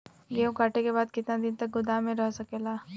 गेहूँ कांटे के बाद कितना दिन तक गोदाम में रह सकेला?